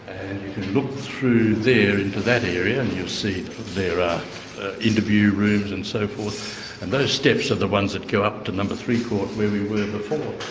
through there into that area, and you'll see there are interview rooms and so forth, and those steps are the ones that go up to no. three court where we were before.